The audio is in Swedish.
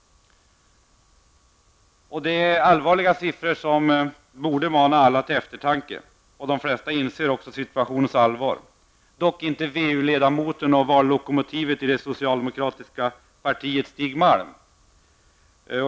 Detta är allvarliga siffror som borde mana alla till eftertanke. De flesta inser också situationens allvar, dock inte vu-ledamoten och ''vallokomotivet'' i det socialdemokratiska partiet, Stig Malm.